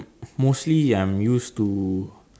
mostly ya I'm used to